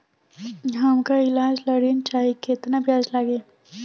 हमका ईलाज ला ऋण चाही केतना ब्याज लागी?